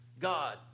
God